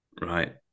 right